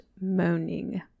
moaning